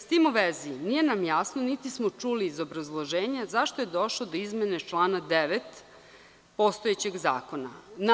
S tim u vezi, nije nam jasno, niti smo čuli iz obrazloženja, zašto je došlo do izmene člana 9. postojećeg zakona.